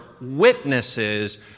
witnesses